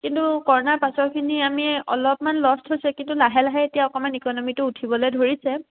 কিন্তু কৰোনাৰ পাছৰখিনি আমি অলপমান লষ্ট হৈছে কিন্তু লাহে লাহে এতিয়া অকণমান ইকনমিটো উঠিবলৈ ধৰিছে